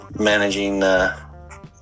managing